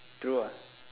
true ah